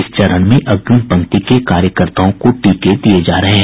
इस चरण में अग्रिम पंक्ति के कार्यकर्ताओं को टीके दिये जा रहे हैं